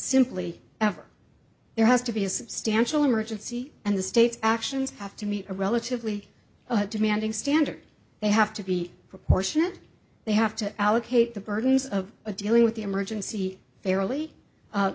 simply ever there has to be a substantial emergency and the state's actions have to meet a relatively demanding standard they have to be proportionate they have to allocate the burdens of a dealing with the emergency fairly